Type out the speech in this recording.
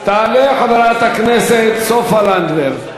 תעלה חברת הכנסת סופה לנדבר,